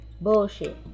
Bullshit